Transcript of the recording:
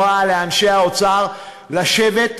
לתת הוראה לאנשי האוצר לשבת,